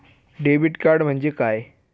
Debit card म्हणजे काय?